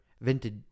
vintage